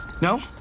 No